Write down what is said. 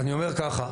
אני אומר ככה,